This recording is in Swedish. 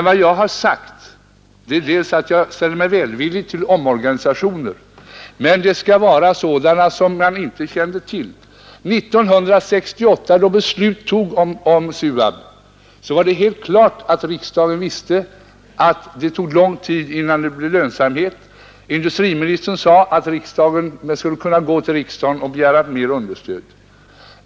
Vad jag har sagt är att jag ställer mig välvillig till omorganisationer, men det skall vara sådana som man inte kände till. 1968, då beslut togs om SUAB, var det helt klart att riksdagen visste att det tog lång tid innan det blev lönsamt. Industriministern sade att man skulle kunna gå till riksdagen och begära mer understöd.